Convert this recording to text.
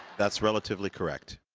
that's relatively correct.